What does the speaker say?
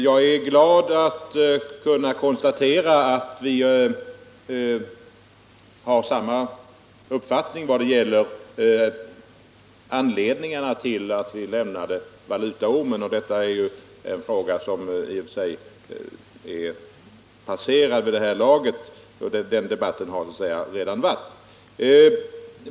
Jag är således glad att kunna konstatera att budgetministern och jag har samma uppfattning också vad det gäller anledningarna till att vi lämnade valutaormen — den frågan är i och för sig passerad vid det här laget, och debatten om den har vi redan haft.